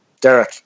Derek